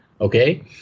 okay